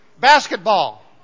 Basketball